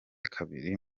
kabiri